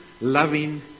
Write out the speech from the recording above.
loving